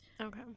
Okay